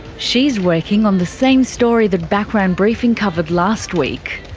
she's working on the same story that background briefing covered last week.